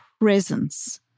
presence